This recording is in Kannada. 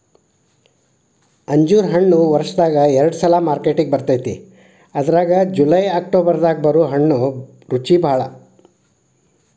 ಅಂಜೂರ ಹಣ್ಣು ವರ್ಷದಾಗ ಎರಡ ಸಲಾ ಮಾರ್ಕೆಟಿಗೆ ಬರ್ತೈತಿ ಅದ್ರಾಗ ಜುಲೈ ಅಕ್ಟೋಬರ್ ದಾಗ ಬರು ಹಣ್ಣು ರುಚಿಬಾಳ